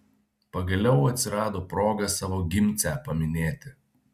pagaliau atsirado proga savo gimcę paminėti